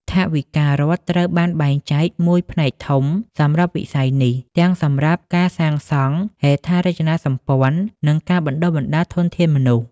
ថវិការដ្ឋត្រូវបានបែងចែកមួយផ្នែកធំសម្រាប់វិស័យនេះ ទាំងសម្រាប់ការសាងសង់ហេដ្ឋារចនាសម្ព័ន្ធ និងការបណ្ដុះបណ្ដាលធនធានមនុស្ស។